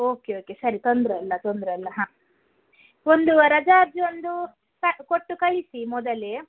okay okay ಸರಿ ತೊಂದರೆ ಇಲ್ಲ ತೊಂದರೆ ಇಲ್ಲ ಹಾಂ ಒಂದು ವ ರಜಾ ಅರ್ಜಿ ಒಂದು ಸಾಕು ಕೊಟ್ಟು ಕಳಿಸಿ ಮೊದಲೇ